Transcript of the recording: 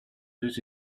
deux